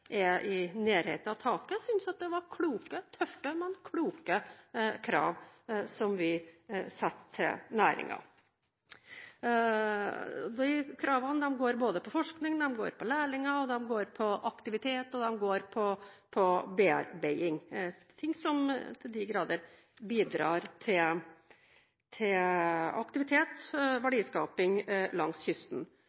er i nærheten av taket, syntes det var tøffe, men kloke krav vi satt til næringen. De kravene går på både forskning, lærlinger, aktivitet og bearbeiding – ting som til de grader bidrar til aktivitet